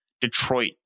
Detroit